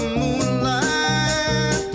moonlight